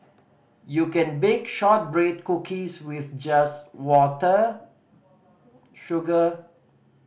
you can bake shortbread cookies with just water sugar